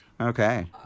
Okay